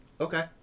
Okay